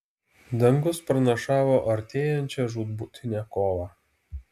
dangus pranašavo artėjančią žūtbūtinę kovą